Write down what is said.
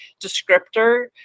descriptor